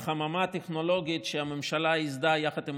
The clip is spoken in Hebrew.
בחממה הטכנולוגית שהממשלה ייסדה יחד עם